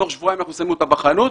תוך שבועיים אנחנו שמים אותה בחנות.